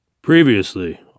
Previously